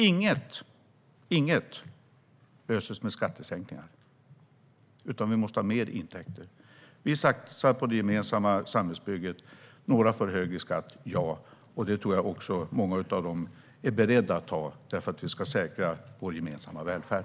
Inget löses med skattesänkningar. Det måste bli mer intäkter. Vi satsar på det gemensamma samhällsbygget. Ja, några får högre skatt. Det tror jag att många av dem är beredda att ta för att säkra vår gemensamma välfärd.